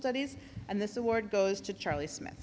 studies and this award goes to charlie smith